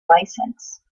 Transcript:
license